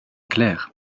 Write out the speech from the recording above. clair